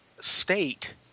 state